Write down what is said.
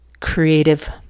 creative